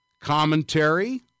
commentary